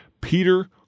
Peter